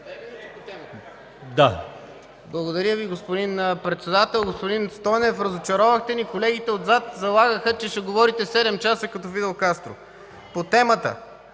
Да.